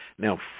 Now